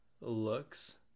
looks